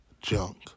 junk